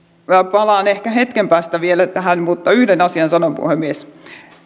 palaan ehkä hetken päästä vielä tähän mutta yhden asian sanon puhemies